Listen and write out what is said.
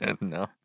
No